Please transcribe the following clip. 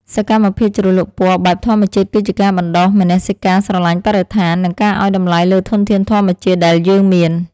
សកម្មភាពជ្រលក់ពណ៌បែបធម្មជាតិគឺជាការបណ្ដុះមនសិការស្រឡាញ់បរិស្ថាន និង ការឱ្យតម្លៃលើធនធានធម្មជាតិដែលយើងមាន។